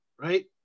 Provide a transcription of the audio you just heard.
right